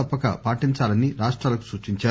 తప్పక పాటించాలని రాష్టాలకు సూచించారు